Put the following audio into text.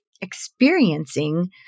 experiencing